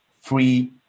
free